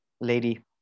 Lady